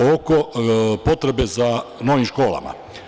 Oko potrebe za novim školama.